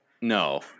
No